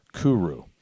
kuru